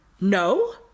no